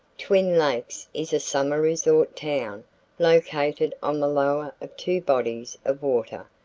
twin lakes is a summer-resort town located on the lower of two bodies of water,